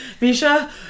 Misha